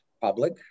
public